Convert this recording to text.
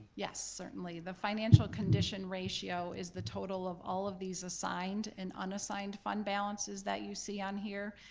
yes, certainly. the financial condition ratio is the total of all of these assigned and unassigned fund balances that you see on here,